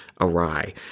awry